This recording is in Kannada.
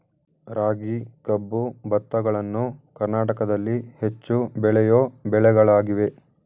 ರಾಗಿ, ಕಬ್ಬು, ಭತ್ತಗಳನ್ನು ಕರ್ನಾಟಕದಲ್ಲಿ ಹೆಚ್ಚು ಬೆಳೆಯೋ ಬೆಳೆಗಳಾಗಿವೆ